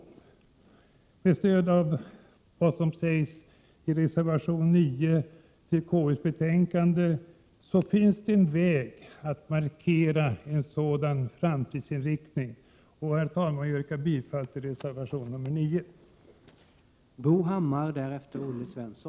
I reservation 9 till konstitutionsutskottets betänkande anvisas en väg för att markera en sådan framtidsinriktning. Herr talman! Jag yrkar bifall till reservation 9.